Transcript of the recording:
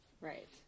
Right